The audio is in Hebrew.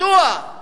מדוע?